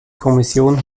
kommission